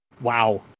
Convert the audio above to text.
wow